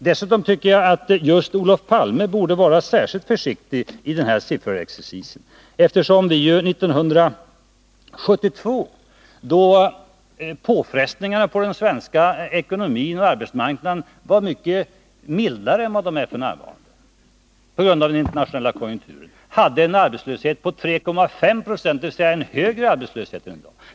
Jag tycker också att Olof Palme borde vara särskilt försiktig i den här sifferexercisen eftersom vi 1972, då påfrestningarna på den svenska ekonomin och arbetsmarknaden var mycket mildare än vad de är f. n. på grund av den internationella konjunkturen, hade en arbetslöshet på 3,5 20, dvs. en högre arbetslöshet än i dag.